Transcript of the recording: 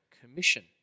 Commission